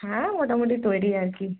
হ্যাঁ মোটামুটি তৈরি আর কি